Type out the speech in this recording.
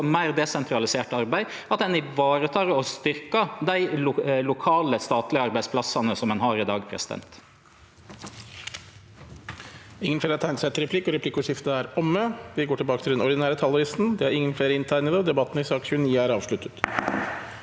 for meir desentralisert arbeid, at ein varetek og styrkjer dei lokale statlege arbeidsplassane som ein har i dag. Presidenten